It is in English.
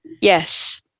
yes